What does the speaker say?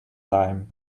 time